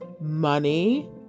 money